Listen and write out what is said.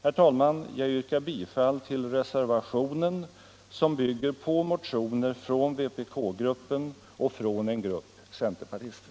Jag yrkar bifall till reservationen, som bygger på motioner från vpkgruppen och en grupp centerpartister.